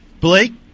Blake